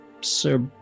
Sir